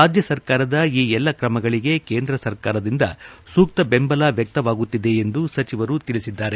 ರಾಜ್ಯ ಸರ್ಕಾರದ ಈ ಎಲ್ಲಾ ಕ್ರಮಗಳಿಗೆ ಕೇಂದ್ರ ಸರ್ಕಾರದಿಂದ ಸೂಕ್ತ ಬೆಂಬಲ ವ್ಯಕ್ತವಾಗುತ್ತಿದೆ ಎಂದು ಸಚಿವರು ತಿಳಿಸಿದ್ದಾರೆ